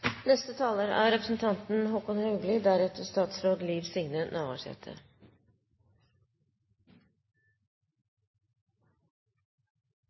Neste taler er representanten